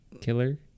killer